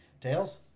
tails